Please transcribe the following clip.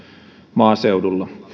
maaseudulla